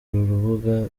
rubuga